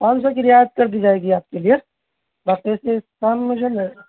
پانچ سو کی رعایت کر دی جائے گی آپ کے لیے باقی سے کام جو ہے نا